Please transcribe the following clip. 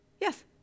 Yes